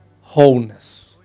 Wholeness